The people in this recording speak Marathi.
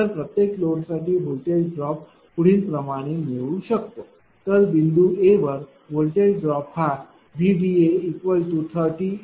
तर प्रत्येक लोडसाठी व्होल्टेज ड्रॉप पुढील प्रमाणे मिळवू शकतो तर बिंदू A वर व्होल्टेज ड्रॉप हा VDA300